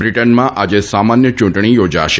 બ્રિટનમાં આજે સામાન્ય ચૂંટણી યોજાશે